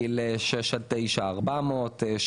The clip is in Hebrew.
גיל 6-9 הם 400,